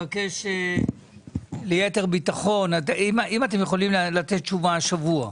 השאלה היא אם אתם יכולים לתת תשובה השבוע.